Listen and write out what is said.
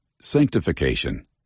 Sanctification